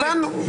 הבנו.